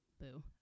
Boo